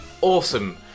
awesome